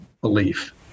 belief